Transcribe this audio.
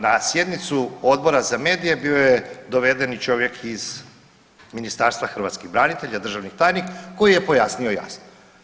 Na sjednicu Odbora za medije bio je doveden i čovjek iz Ministarstva hrvatskih branitelja, državni tajnik koji je pojasnio jasno.